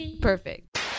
Perfect